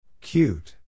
Cute